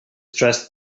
stressed